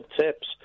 tips